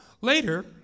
Later